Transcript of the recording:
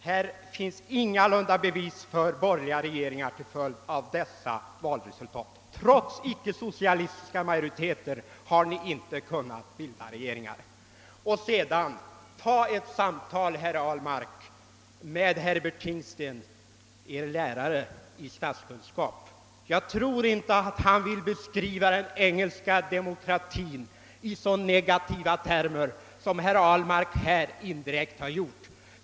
Det föreligger ingalunda några bevis för att borgerliga regeringar etablerats till följd av de av herr Ahlmark nämnda valresultaten. Trots vid olika tillfällen rådande icke-socialistiska majoriteter har ni inte kunnat bilda regering. Och, herr Ahlmark, tag kontakt med professor Herbert Tingsten, Er lärare i statskunskap! Jag tror inte att han vill beskriva den engelska demokratin i så negativa termer som herr Ahlmark här indirekt har gjort.